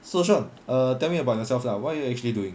so shaun err tell me about yourself lah what are you actually doing